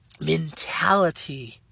mentality